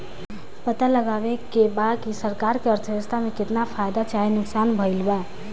पता लगावे के बा की सरकार के अर्थव्यवस्था में केतना फायदा चाहे नुकसान भइल बा